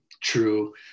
true